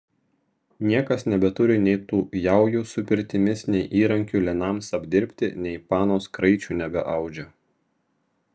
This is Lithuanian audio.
niekas nebeturi nei tų jaujų su pirtimis nei įrankių linams apdirbti nei panos kraičių nebeaudžia